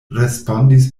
respondis